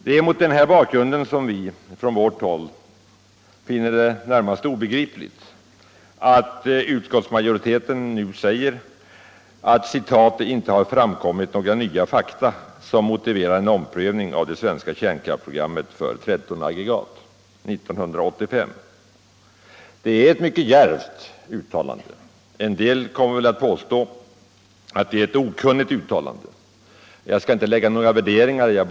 Det är mot denna bakgrund som vi på vårt håll finner det närmast obegripligt att utskottsmajoriteten nu säger att det ”inte framkommit några nya fakta som motiverar en omprövning” av det svenska kärnkraftsprogrammet för 13 aggregat 1985. Det är ett mycket djärvt utta lande. En del kommer väl att påstå att det är ett okunnigt uttalande. Jag skall inte föra fram några värderingar i anslutning till det.